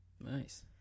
Nice